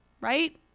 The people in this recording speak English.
right